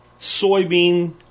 soybean